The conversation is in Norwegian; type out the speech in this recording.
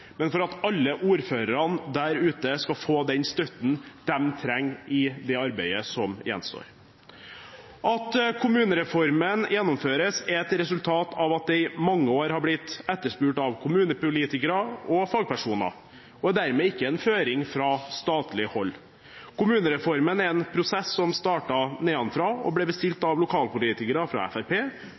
men for at alle ordførerne der ute skal få den støtten de trenger i det arbeidet som gjenstår. At kommunereformen gjennomføres, er et resultat av at den i mange år er blitt etterspurt av kommunepolitikere og fagpersoner, og dette er dermed ikke en føring fra statlig hold. Kommunereformen er en prosess som starter nedenfra og ble bestilt av lokalpolitikere fra